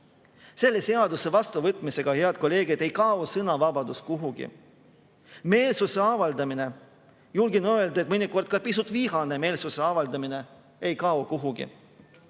seaduse vastuvõtmisega, head kolleegid, ei kao sõnavabadus kuhugi. Meelsuse avaldamine – julgen öelda, et mõnikord ka pisut vihane meelsuse avaldamine – ei kao kuhugi,